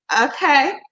okay